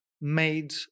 made